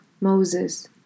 Moses